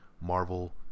Marvel